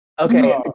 Okay